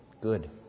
Good